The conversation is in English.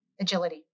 Agility